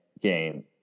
game